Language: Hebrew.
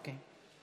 אוקיי.